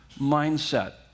mindset